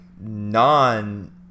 non